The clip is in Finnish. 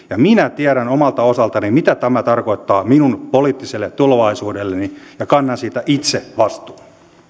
ja minä tiedän omalta osaltani mitä tämä tarkoittaa minun poliittiselle tulevaisuudelleni ja kannan siitä itse vastuun